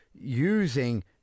using